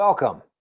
Welcome